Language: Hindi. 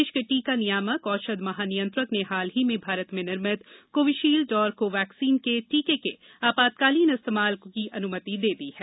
देश के टीका नियामक औषध महानियंत्रक ने हाल ही में भारत में निर्मित कोविशील्ड और कोवैक्सीन के टीके के आपतकालीन इस्तेमाल की अनुमति दे दी है